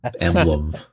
emblem